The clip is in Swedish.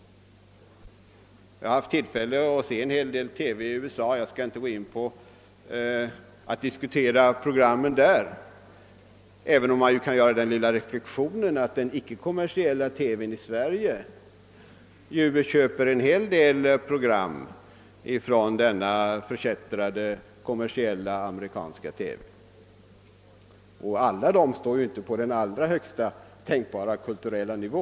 Jag har haft tillfälle att se en hel del TV i USA, men jag skall inte gå in på programmen där, även om man kan göra den lilla reflexionen att den icke-kommersiella televisionen i Sverige köper rätt många program från denna förkättrade kommersiella amerikanska TV och att alla dessa program inte ligger på högsta tänkbara kulturella nivå.